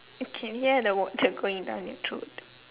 you can hear the water going down your throat